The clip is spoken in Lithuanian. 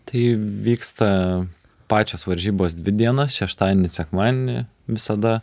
tai vyksta pačios varžybos dvi dienas šeštadienį sekmadienį visada